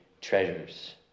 treasures